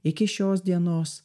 iki šios dienos